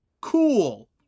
Cool